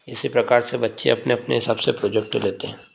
इसी प्रकार से बच्चे अपने अपने हिसाब से प्रोजेक्ट लेते हैं